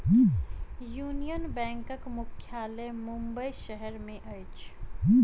union बैंकक मुख्यालय मुंबई शहर में अछि